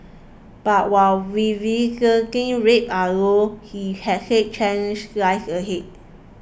but while recidivism rates are low he had said challenges lies ahead